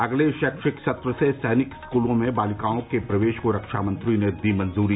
अगले शैक्षिक सत्र से सैनिक स्कूलों में बालिकाओं के प्रवेश को रक्षा मंत्री ने दी मंजूरी